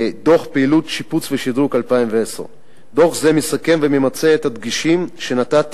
דוח פעילות שיפוץ ושדרוג 2010. דוח זה מסכם וממצה את הדגשים שנתתי